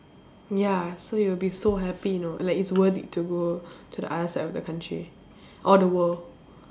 ya so you'll be so happy you know like it's worth it to go to the other side of the country or the world